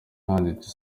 ahanditse